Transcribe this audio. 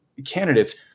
candidates